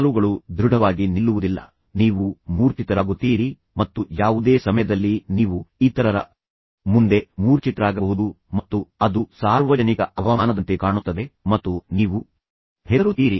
ಕಾಲುಗಳು ದೃಢವಾಗಿ ನಿಲ್ಲುವುದಿಲ್ಲ ನೀವು ಮೂರ್ಛಿತರಾಗುತ್ತೀರಿ ಮತ್ತು ಯಾವುದೇ ಸಮಯದಲ್ಲಿ ನೀವು ಇತರರ ಮುಂದೆ ಮೂರ್ಛಿತರಾಗಬಹುದು ಮತ್ತು ಅದು ಸಾರ್ವಜನಿಕ ಅವಮಾನದಂತೆ ಕಾಣುತ್ತದೆ ಮತ್ತು ನೀವು ಹೆದರುತ್ತೀರಿ